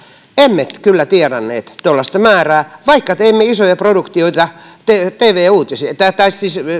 emme kyllä tienanneet tuollaista määrää vaikka teimme isoja produktioita